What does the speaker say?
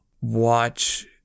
watch